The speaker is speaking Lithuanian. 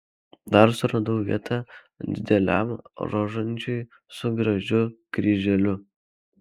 dar suradau vietą dideliam rožančiui su gražiu kryželiu